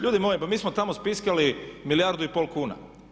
Ljudi moji, pa mi smo tamo spiskali milijardu i pol kuna.